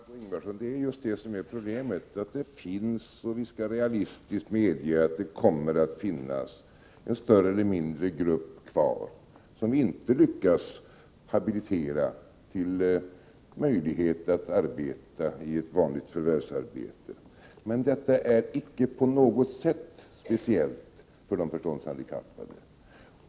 Herr talman! Det är just detta, Margé Ingvardsson, som är problemet. Det finns — och vi skall realistiskt medge att det kommer att finnas — en större eller mindre grupp kvar som vi inte lyckas habilitera till möjlighet att utföra ett vanligt förvärvsarbete. Men detta är icke på något sätt speciellt för de förståndshandikappade.